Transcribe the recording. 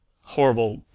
horrible